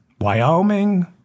Wyoming